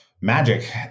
magic